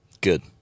Good